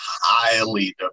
highly